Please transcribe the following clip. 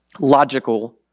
logical